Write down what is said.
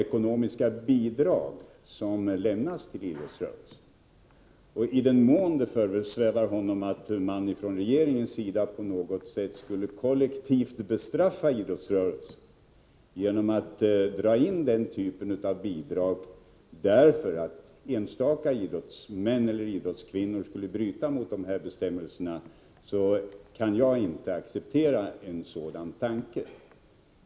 Jag vet inte riktigt vad han avsåg med det. I den mån det föresvävar honom att regeringen skulle på något sätt kollektivt bestraffa idrottsrörelsen genom att dra in den typen av bidrag därför att enstaka idrottsmän eller idrottskvinnor kan ha brutit mot bestämmelserna, vill jag betona att jag inte kan acceptera en sådan tanke.